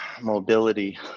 mobility